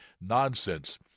nonsense